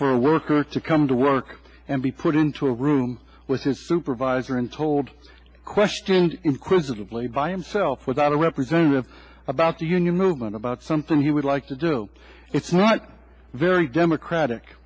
for a worker to come to work and be put into a room with his supervisor and told questions inquisitively by himself without a representative about the union movement about something he would like to do it's not very democratic